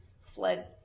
fled